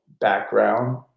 background